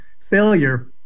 failure